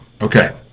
okay